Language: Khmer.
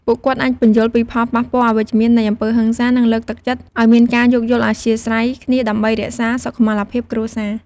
ពួកគាត់អាចពន្យល់ពីផលប៉ះពាល់អវិជ្ជមាននៃអំពើហិង្សា និងលើកទឹកចិត្តឱ្យមានការយោគយល់អធ្យាស្រ័យគ្នា ដើម្បីរក្សាសុខុមាលភាពគ្រួសារ។